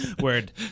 word